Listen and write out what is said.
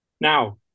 Now